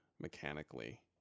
mechanically